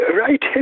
right